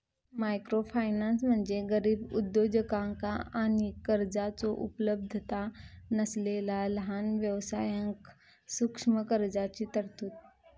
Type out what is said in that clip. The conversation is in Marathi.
मायक्रोफायनान्स म्हणजे गरीब उद्योजकांका आणि कर्जाचो उपलब्धता नसलेला लहान व्यवसायांक सूक्ष्म कर्जाची तरतूद